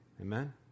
Amen